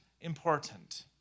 important